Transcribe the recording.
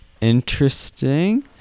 interesting